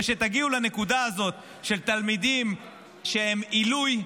כשתגיעו לנקודה הזאת של תלמידים שהם עילוי,